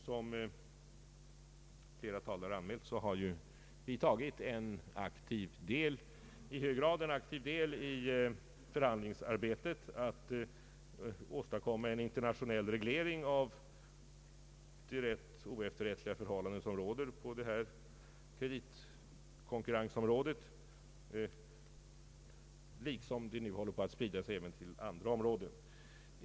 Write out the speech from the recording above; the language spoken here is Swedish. Som flera talare nämnt har vi tagit i hög grad aktiv del i förhandlingsarbetet för att åstadkomma en internationell reglering av de ganska oefterrättliga förhållanden som råder på = kreditkonkurrensområdet. Dessa förhållanden håller för övrigt på att sprida sig även till andra områden.